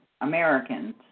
Americans